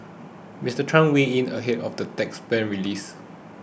Mister Trump weighed in ahead of the tax plan's release